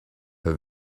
her